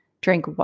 drink